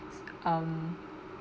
um